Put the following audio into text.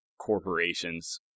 corporations